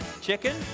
Chicken